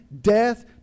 death